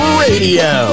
radio